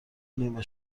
نیمه